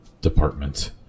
department